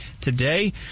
Today